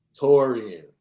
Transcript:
Torian